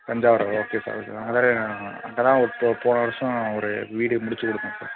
தஞ்சாவூரா okay sir okay sir அங்கே வேற அங்கே தான் ஒரு போ போன வருஷம் ஒரு வீடு முடிச்சிக் கொடுத்தோம் சார்